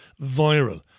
viral